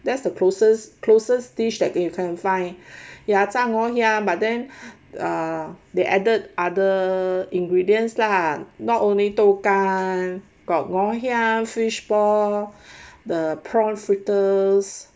that's the closest closer dish that can you can find ya 炸 ngoh hiang but then uh they added other ingredients lah not only 豆干 got ngoh hiang fishball the prawn fritters